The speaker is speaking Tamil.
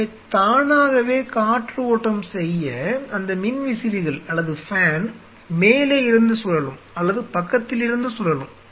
எனவே தானாகவே காற்று ஓட்டம் செய்ய அந்த மின்விசிறிகள் அல்லது ஃபேன் மேலே இருந்து சுழலும் அல்லது பக்கத்திலிருந்து சுழலும்